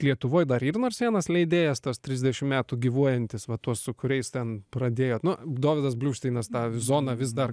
lietuvoj dar ir nors vienas leidėjas tos trisdešimt metų gyvuojantis va tuos su kuriais ten pradėjot nu dovydas bluvšteinas tą zoną vis dar